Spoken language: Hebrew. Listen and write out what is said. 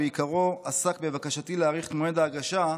עיקרו עסק בבקשתי להאריך את מועד ההגשה,